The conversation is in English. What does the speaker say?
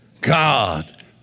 God